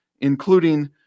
including